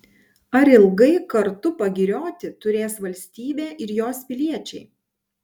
ar ilgai kartu pagirioti turės valstybė ir jos piliečiai